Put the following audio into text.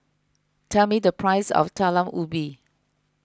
tell me the price of Talam Ubi